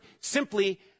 simply